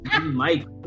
Mike